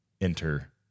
enter